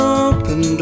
open